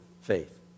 faith